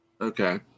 okay